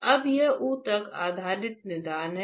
अब यह ऊतक आधारित निदान है